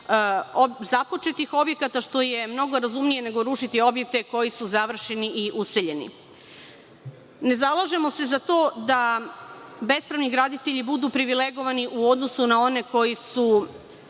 započetih objekata, što je mnogo razumnije nego rušiti objekte koji su završeni i useljeni. Ne zalažemo se za to da bespravni graditelji budu privilegovani u odnosu na one koji su